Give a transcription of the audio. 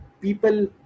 people